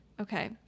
Okay